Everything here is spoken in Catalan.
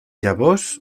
llavors